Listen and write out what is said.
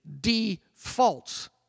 Defaults